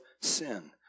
sin